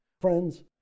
Friends